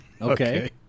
Okay